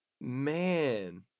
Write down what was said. Man